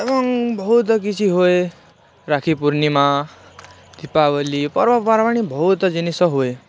ଏବଂ ବହୁତ କିଛି ହୁଏ ରାଖିପୂର୍ଣ୍ଣିମା ଦୀପାବଳି ପର୍ବ ପର୍ବାଣୀ ବହୁତ ଜିନିଷ ହୁଏ